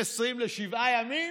לשבעה ימים?